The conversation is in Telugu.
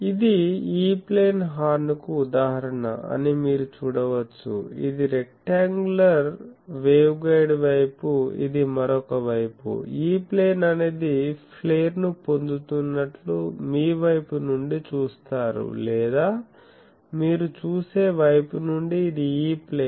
ఇది E ప్లేన్ హార్న్ కు ఉదాహరణ అని మీరు చూడవచ్చు ఇది రెక్టాoగులార్ వేవ్గైడ్ వైపు ఇది మరొక వైపు E ప్లేన్ అనేది ప్లేర్ ను పొందుతున్నట్లు మీ వైపు నుండి చూస్తారు లేదా మీరు చూసే వైపు నుండి ఇది E ప్లేన్